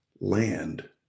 land